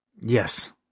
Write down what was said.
Yes